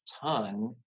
ton